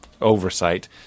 oversight